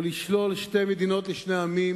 או תשלול שתי מדינות לשני עמים,